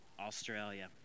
Australia